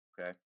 okay